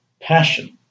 Passion